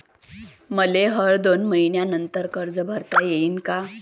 मले हर दोन मयीन्यानंतर कर्ज भरता येईन का?